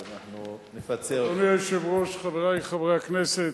אדוני היושב-ראש, חברי חברי הכנסת,